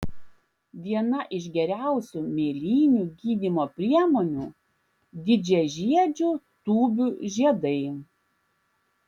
viena iš geriausių mėlynių gydymo priemonių didžiažiedžių tūbių žiedai